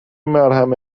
مرهم